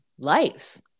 life